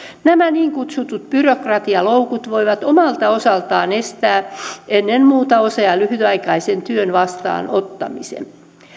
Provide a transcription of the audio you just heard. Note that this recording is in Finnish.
nämä niin kutsutut byrokratialoukut voivat omalta osaltaan estää ennen muuta osa ja lyhytaikaisen työn vastaanottamisen